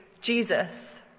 Jesus